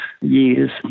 years